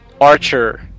Archer